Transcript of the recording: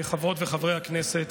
חברות וחברי הכנסת,